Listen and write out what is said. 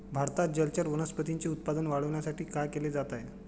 भारतात जलचर वनस्पतींचे उत्पादन वाढविण्यासाठी काय केले जात आहे?